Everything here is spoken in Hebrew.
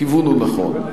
הכיוון הוא נכון.